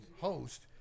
host